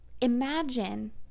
Imagine